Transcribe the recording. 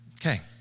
Okay